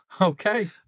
Okay